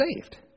saved